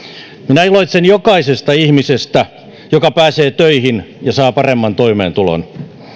minä iloitsen jokaisesta ihmisestä joka pääsee töihin ja saa paremman toimeentulon